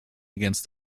against